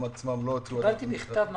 קיבלתי מכתב מהמחצבות.